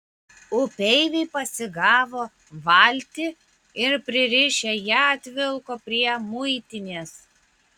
upeiviai pasigavo valtį ir pririšę ją atvilko prie muitinės